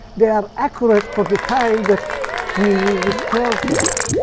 they are accurate for the time that we will refer to them.